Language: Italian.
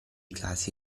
casi